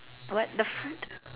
what the front